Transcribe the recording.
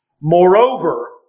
Moreover